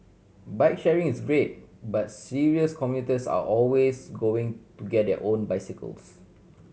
bike sharing is great but serious commuters are always going to get their own bicycles